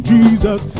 Jesus